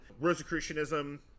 rosicrucianism